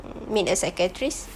mm meet a psychiatrist